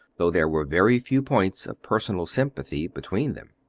though there were very few points of personal sympathy between them.